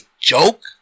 joke